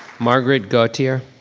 margaret gautier.